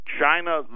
China